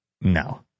No